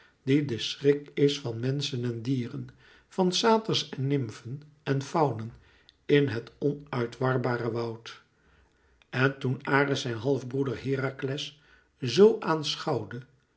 die de schrik is van menschen en dieren van saters en nymfen en faunen in het onuitwarbare woud en toen ares zijn halfbroeder herakles zo